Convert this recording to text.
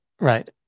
right